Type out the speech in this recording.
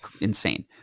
insane